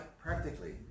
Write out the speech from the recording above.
practically